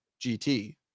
GT